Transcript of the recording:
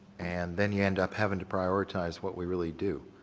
and then you end up having to prioritize what we really do.